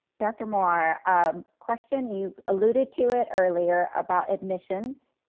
dr. moore, a question, you've alluded to it earlier about admissions.